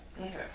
Okay